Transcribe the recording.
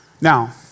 Now